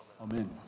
Amen